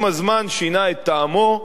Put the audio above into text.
עם הזמן שינה את טעמו,